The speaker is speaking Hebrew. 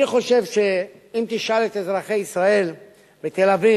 אני חושב שאם תשאל את אזרחי ישראל בתל-אביב,